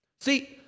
See